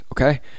okay